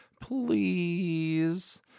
Please